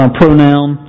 pronoun